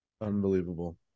Unbelievable